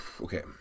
Okay